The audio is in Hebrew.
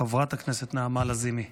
חברת הכנסת נעמה לזימי.